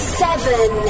seven